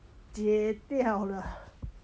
接掉了